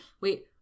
Wait